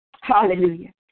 Hallelujah